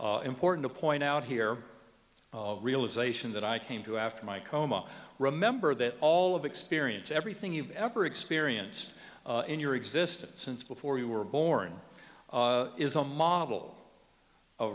important to point out here realization that i came to after my coma remember that all of experience everything you've ever experienced in your existence since before you were born is a model o